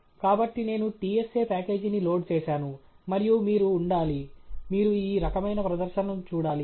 కాబట్టి నేను TSA ప్యాకేజీని లోడ్ చేసాను మరియు మీరు ఉండాలి మీరు ఈ రకమైన ప్రదర్శనను చూడాలి